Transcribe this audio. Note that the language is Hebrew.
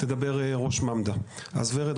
אז ורד,